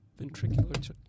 Ventricular